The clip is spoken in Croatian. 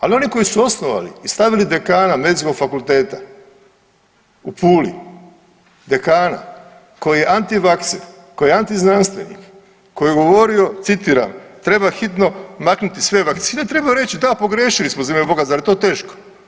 Ali oni koji su osnovali i stavili dekana Medicinskog fakulteta u Puli dekana koji je antivakser, koji je antiznanstvenik, koji je govorio, citiram, treba hitno maknuti sve vakcine, treba reći, da pogriješili smo, za ime Boga, zar je to teško.